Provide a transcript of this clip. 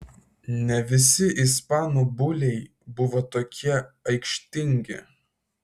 ne visi ispanų buliai buvo tokie aikštingi